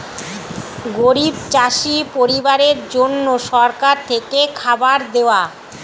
গরিব চাষি পরিবারের জন্য সরকার থেকে খাবার দেওয়া